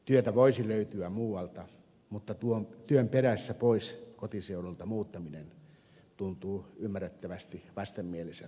työtä voisi löytyä muualta mutta työn perässä pois kotiseudulta muuttaminen tuntuu ymmärrettävästi vastenmieliseltä